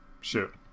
Shoot